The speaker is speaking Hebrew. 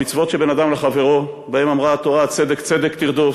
המצוות שבין אדם לחברו שבהן אמרה התורה "צדק צדק תרדוף",